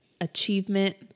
achievement